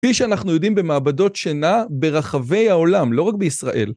כפי שאנחנו יודעים במעבדות שינה ברחבי העולם, לא רק בישראל.